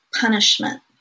punishment